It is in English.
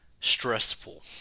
stressful